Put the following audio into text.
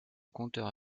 compteur